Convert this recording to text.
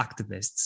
activists